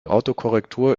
autokorrektur